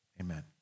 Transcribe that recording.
amen